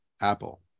apple